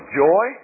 joy